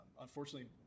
Unfortunately